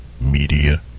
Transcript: Media